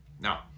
Now